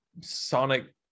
Sonic